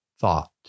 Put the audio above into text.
thought